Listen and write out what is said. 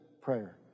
prayer